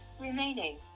remaining